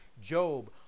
Job